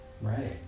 right